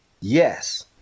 yes